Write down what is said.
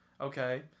Okay